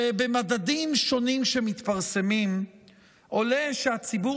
שבמדדים שונים שמתפרסמים עולה שהציבור